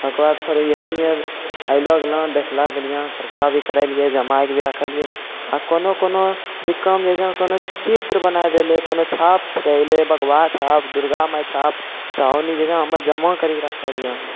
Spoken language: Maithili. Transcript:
ओहिके बाद फेर एहि निअर अइलऽ गेलऽ देखलऽ गेलिए खर्चा भी करेलिए जमै कऽ कऽ भी रखलिए कोनो कोनो सिक्कामे जे छै कोनो चित्र बना देलै कोनो छाप रहलै बघबा छाप दुर्गा माइ छाप तऽ ओन्नी जे छै हम जमा करिकऽ रखलिए